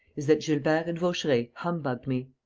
is that gilbert and vaucheray humbugged me.